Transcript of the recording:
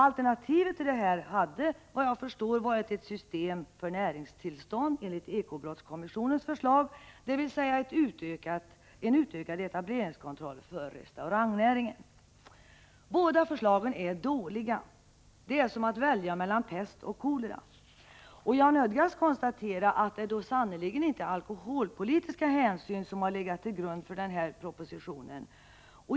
Alternativet hade, såvitt jag förstår, varit ett system för näringstillstånd enligt ekobrottskommissionens förslag, dvs. en utökad etableringskontroll för restaurangnäringen. Båda förslagen är dåliga. Det är som att välja mellan pest och kolera. Jag nödgas konstatera att det sannerligen inte är alkoholpolitiska hänsyn som har legat till grund för propositionen.